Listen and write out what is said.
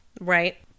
Right